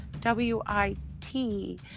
w-i-t